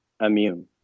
immune